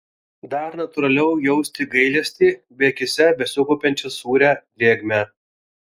dar natūraliau jausti gailestį bei akyse besikaupiančią sūrią drėgmę